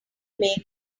make